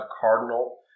cardinal